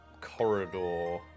corridor